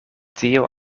tio